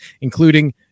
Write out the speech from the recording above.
including